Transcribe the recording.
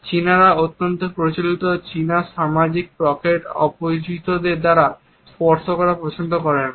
চীনারাও অন্তত প্রচলিত চীনা সামাজিক পকেটে অপরিচিতদের দ্বারা স্পর্শ করা পছন্দ করে না